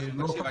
תקשיב,